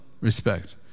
respect